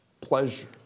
pleasure